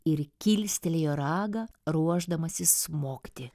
ir kilstelėjo ragą ruošdamasis smogti